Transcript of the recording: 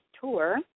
Tour